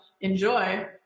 enjoy